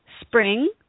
Spring